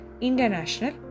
International